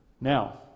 Now